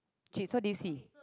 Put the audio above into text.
chi so what do you see